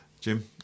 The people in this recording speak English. Jim